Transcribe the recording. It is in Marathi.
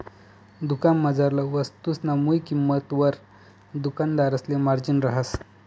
दुकानमझारला वस्तुसना मुय किंमतवर दुकानदारसले मार्जिन रहास